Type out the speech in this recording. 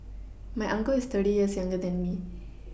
my uncle is thirty years younger than me